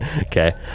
Okay